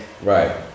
right